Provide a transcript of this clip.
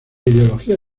ideología